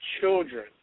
children